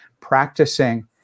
practicing